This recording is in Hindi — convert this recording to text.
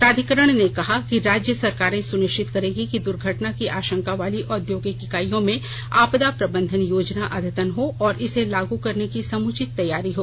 प्राधिकरिण ने कहा कि राज्य सरकारे सुनिश्चित करेंगी कि दुर्घटना की आंशका वाली औद्योगिक इकाइयों में आपदा प्रबंधन योजना अद्यतन हो और इसे लागू करने की समुचित तैयारी हो